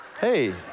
hey